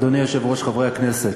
אדוני היושב-ראש, חברי הכנסת,